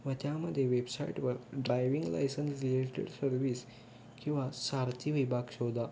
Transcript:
व त्यामध्ये वेबसाईटवर ड्रायव्हिंग लायसन्स रिलेटेड सर्व्हिस किंवा सारथी विभाग शोधा